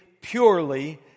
purely